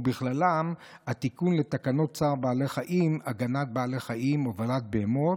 ובכללם התיקון לתקנות צער בעלי חיים (הגנת בעלי חיים) (הובלת בהמות),